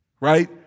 Right